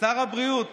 שר הבריאות